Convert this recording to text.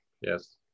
Yes